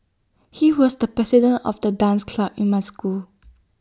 he was the president of the dance club in my school